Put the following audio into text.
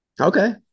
Okay